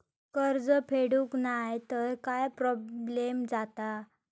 कर्ज फेडूक नाय तर काय प्रोब्लेम जाता?